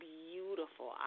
beautiful